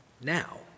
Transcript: now